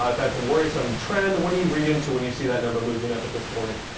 um that's a worrisome trend. what do you read into when you see that number moving up at this point?